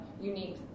unique